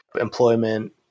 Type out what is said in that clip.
employment